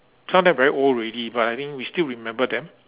some of them very old already but I think we still remember them